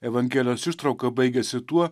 evangelijos ištrauka baigiasi tuo